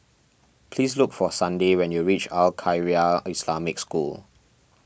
please look for Sunday when you reach Al Khairiah Islamic School